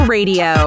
Radio